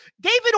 David